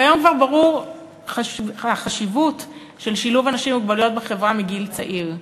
כיום כבר ברורה החשיבות של שילוב אנשים עם מוגבלות בחברה מגיל צעיר.